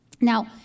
Now